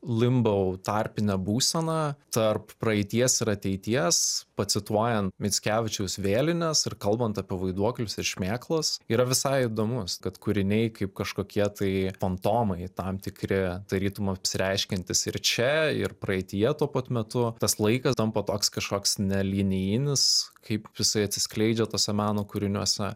limbou tarpinę būseną tarp praeities ir ateities pacituojant mickevičiaus vėlines ir kalbant apie vaiduoklius ir šmėklas yra visai įdomus kad kūriniai kaip kažkokie tai fantomai tam tikri tarytum apsireiškiantys ir čia ir praeityje tuo pat metu tas laikas tampa toks kažkoks ne linijinis kaip visai atsiskleidžia tuose meno kūriniuose